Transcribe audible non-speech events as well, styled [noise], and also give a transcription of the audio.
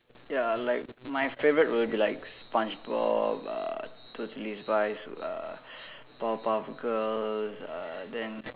ya like my favourite will be like Spongebob uh totally spies uh [breath] powerpuff girls uh then